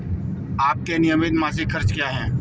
आपके नियमित मासिक खर्च क्या हैं?